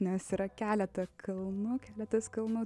nes yra keletą kalnų keletas kalnų